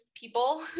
people